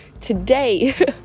Today